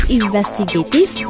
investigative